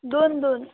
दोन दोन